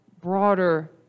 broader